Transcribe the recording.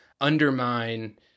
undermine